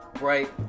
right